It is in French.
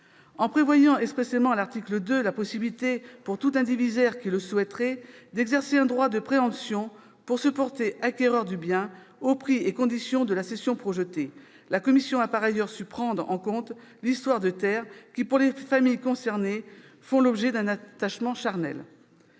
En prévoyant expressément, à l'article 2, la possibilité pour tout indivisaire qui le souhaiterait d'exercer un droit de préemption pour se porter acquéreur du bien, aux prix et conditions de la cession projetée, la commission a par ailleurs su prendre en compte l'histoire de terres qui, pour les familles concernées, font l'objet d'un attachement charnel,